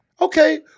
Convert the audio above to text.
Okay